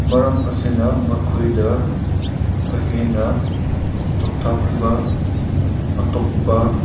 ꯃꯔꯝ ꯑꯁꯤꯅ ꯃꯈꯣꯏꯗ ꯀꯥꯍꯦꯟꯅ ꯆꯣꯛꯊꯕ ꯑꯇꯣꯞꯄ